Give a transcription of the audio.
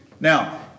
Now